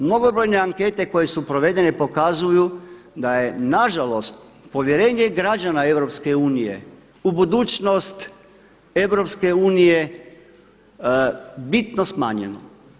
Mnogobrojne ankete koje su provedene pokazuju da je nažalost povjerenje građana EU u budućnost EU bitno smanjeno.